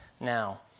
now